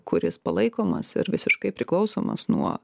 kuris palaikomas ir visiškai priklausomas nuo